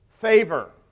favor